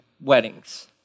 weddings